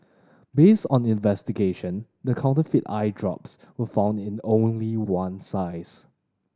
based on investigation the counterfeit eye drops were found in only one size